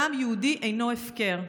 דם יהודי אינו הפקר.